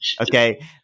okay